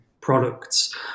products